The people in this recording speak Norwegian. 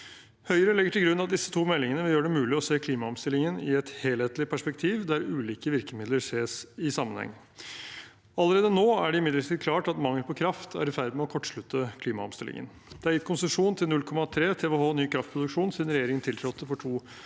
Høyre legger til grunn at disse to meldingene vil gjøre det mulig å se klimaomstillingen i et helhetlig perspektiv, der ulike virkemidler ses i sammenheng. Allerede nå er det imidlertid klart at mangel på kraft er i ferd med å kortslutte klimaomstillingen. Det er gitt konsesjon til 0,3 TWh ny kraftproduksjon siden regjeringen tiltrådte for to